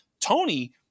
Tony